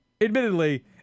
Admittedly